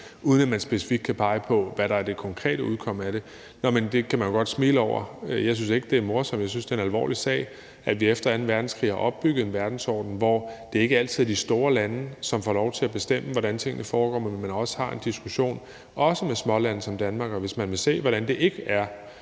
uden at man specifikt kan pege på, hvad der er det konkrete udkomme af det – det kan man jo godt smile over, men jeg synes ikke, det er morsomt. Jeg synes, det er en alvorlig sag, at vi efter anden verdenskrig har opbygget en verdensorden, hvor det ikke altid er de store lande, som får lov til at bestemme, hvordan tingene foregår, men at man også har en diskussion, også med smålande som Danmark. Hvis man vil se, hvordan det er,